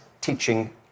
teaching